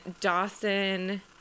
Dawson